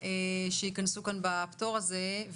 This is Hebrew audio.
שייכנסו כאן בפטור הזה.